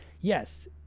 yes